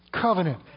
covenant